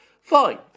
Fine